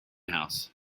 house